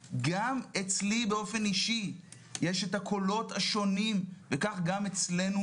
גם אצלי אישית יש הקולות השונים וכך גם אצלנו